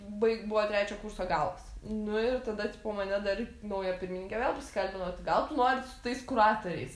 baik buvo trečio kurso galas nu ir tada tipo mane dar nauja pirmininkė vėl prisikalbino tai gal tu nori su tais kuratoriais